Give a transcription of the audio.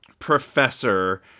Professor